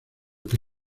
que